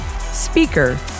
speaker